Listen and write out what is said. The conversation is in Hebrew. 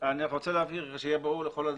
אני רוצה להבהיר, שיהיה ברור לכולם.